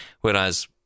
Whereas